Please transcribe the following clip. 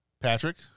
Patrick